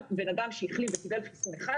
בן אדם שהחלים וקיבל חיסון אחד,